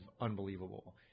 unbelievable